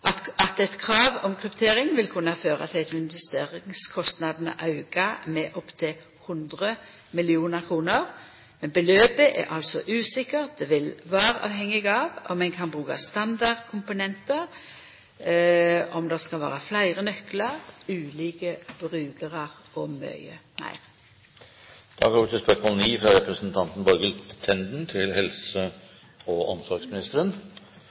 at eit krav om kryptering vil kunna føra til at investeringskostnadene aukar med opptil 100 mill. kr. Men beløpet er altså usikkert. Det vil vera avhengig av om ein kan bruka standardkomponentar, om det skal vera fleire nøklar, ulike brukarar, og mykje meir. Jeg har